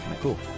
Cool